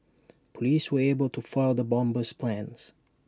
Police were able to foil the bomber's plans